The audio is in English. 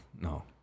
no